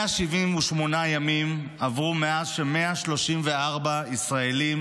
178 ימים עברו מאז ש-134 ישראלים